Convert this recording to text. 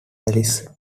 alice